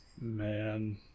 Man